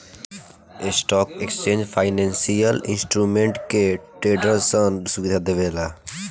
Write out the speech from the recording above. stock exchange financial instrument के ट्रेडरसन सुविधा देवेला